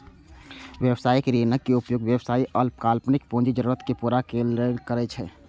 व्यावसायिक ऋणक उपयोग व्यवसायी अल्पकालिक पूंजी जरूरत कें पूरा करै लेल करै छै